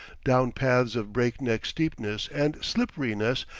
down paths of break-neck steepness and slipperiness,